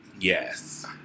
Yes